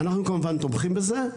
אנחנו כמובן תומכים בזה,